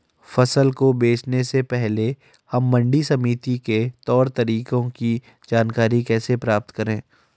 फसल को बेचने से पहले हम मंडी समिति के तौर तरीकों की जानकारी कैसे प्राप्त करें?